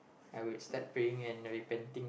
I would start praying and repenting